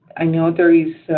i know there is